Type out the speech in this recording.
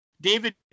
David